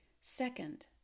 Second